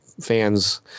fans